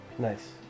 Nice